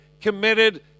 committed